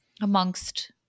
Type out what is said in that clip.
amongst